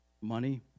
Money